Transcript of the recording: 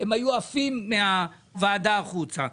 הם היו עפים מהוועדה החוצה.